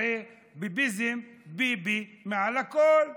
הרי ביביזם, ביבי מעל הכול.